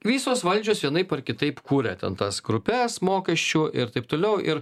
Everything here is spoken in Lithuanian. visos valdžios vienaip ar kitaip kūrė ten tas grupes mokesčių ir taip toliau ir